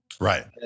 Right